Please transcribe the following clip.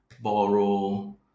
borrow